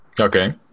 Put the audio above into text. Okay